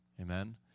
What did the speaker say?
Amen